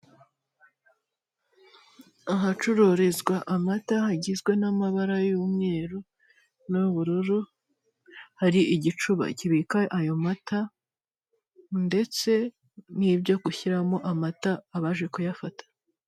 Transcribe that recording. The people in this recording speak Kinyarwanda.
Ahacururizwa amata hagizwe n'amabara y'umweru n'ubururu hari igicuba kibika ayo mata ndetse nibyo gushyiramo ayo mata abaje kuyafata.